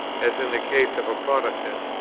as in the case of a protestant,